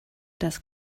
das